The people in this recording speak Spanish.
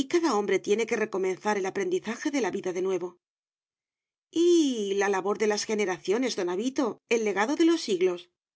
y cada hombre tiene que recomenzar el aprendizaje de la vida de nuevo y la labor de las generaciones don avito el legado de los siglos